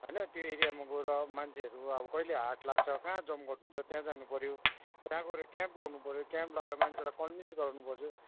होइन त्यही एरियामा गएर मान्छेहरू अब कहिले हाट लाग्छ कहाँ जमघट हुन्छ त्यहाँ जानुपऱ्यो त्यहाँ गएर क्याम्प लगाउनुपऱ्यो क्याम्प लाएर मान्छेलाई कन्भिन्स गराउनुपऱ्थ्यो